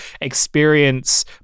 experience